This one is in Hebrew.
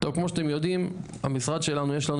כמו שאתם יודעים, המשרד שלנו יש לנו